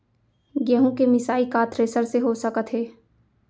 गेहूँ के मिसाई का थ्रेसर से हो सकत हे?